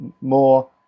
more